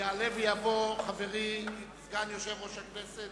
יעלה ויבוא חברי סגן יושב-ראש הכנסת.